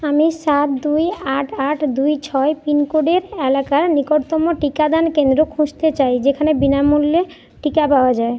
আমি সাত দুই আট আট দুই ছয় পিনকোডের এলাকার নিকটতম টিকাদান কেন্দ্র খুঁজতে চাই যেখানে বিনামূল্যে টিকা পাওয়া যায়